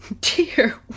dear